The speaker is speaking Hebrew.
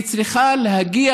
היא צריכה להגיע,